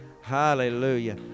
hallelujah